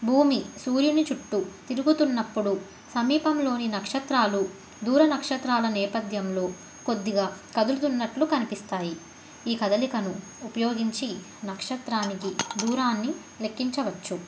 భూమి సూర్యుని చుట్టూ తిరుగుతున్నప్పుడు సమీపంలోని నక్షత్రాలు దూర నక్షత్రాల నేపథ్యంలో కొద్దిగా కదులుతున్నట్లు కనిపిస్తాయి ఈ కదలికను ఉపయోగించి నక్షత్రానికి దూరాన్ని లెక్కించవచ్చు